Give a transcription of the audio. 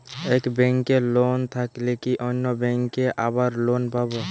এক ব্যাঙ্কে লোন থাকলে কি অন্য ব্যাঙ্কে আবার লোন পাব?